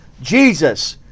Jesus